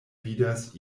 vidas